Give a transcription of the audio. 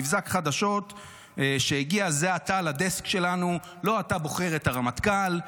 מבזק חדשות שהגיע זה עתה לדסק שלנו: לא אתה בוחר את הרמטכ"ל.